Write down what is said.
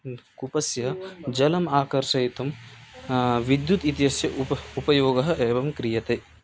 ह्म् कूपस्य जलम् आकर्षयितुं विद्युत् इत्यस्य उप उपयोगः एवं क्रियते